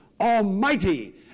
almighty